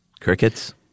Crickets